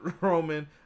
Roman